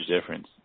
difference